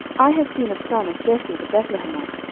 i have seen a son of jesse the bethlehemite,